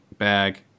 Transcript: bag